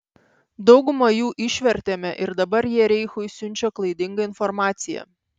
daugumą jų išvertėme ir dabar jie reichui siunčia klaidingą informaciją